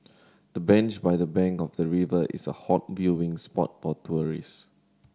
the bench by the bank of the river is a hot viewing spot for tourist